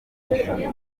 y’ishaza